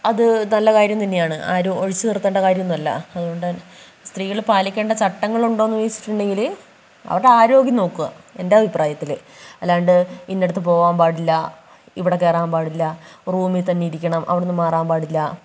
അത് നല്ല കാര്യം തന്നെയാണ് ആരും ഒഴിച്ചു നിർത്തേണ്ട കാര്യമൊന്നും അല്ല അതുകൊണ്ട് സ്ത്രീകൾ പാലിക്കേണ്ട ചട്ടങ്ങളുണ്ടോയെന്ന് ചോദിച്ചിട്ടുണ്ടെങ്കിൽ അവരുടെ ആരോഗ്യം നോക്കുക്കുകയാണ് എൻ്റെ അഭിപ്രായത്തിൽ അല്ലാണ്ട് ഇന്നിടത്ത് പോവാൻ പാടില്ല ഇവിടെ കയറാൻ പാടില്ല റൂമിൽത്തന്നെ ഇരിക്കണം അവടെനിന്നു മാറാൻ പാടില്ല